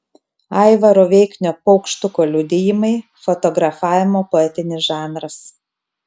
aivaro veiknio paukštuko liudijimai fotografavimo poetinis žanras